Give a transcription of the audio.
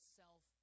self